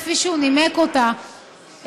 כפי שהוא נימק אותה,